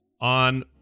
on